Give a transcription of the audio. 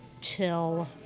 till